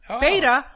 beta